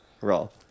roll